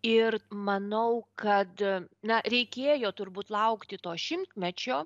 ir manau kad na reikėjo turbūt laukti to šimtmečio